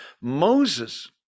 Moses